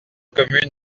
communes